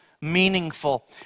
meaningful